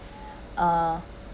uh